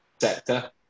sector